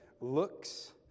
looks